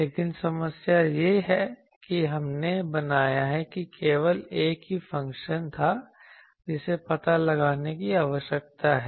लेकिन समस्या यह है कि हमने बनाया है कि केवल एक ही फ़ंक्शन था जिसे पता लगाने की आवश्यकता है